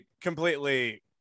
completely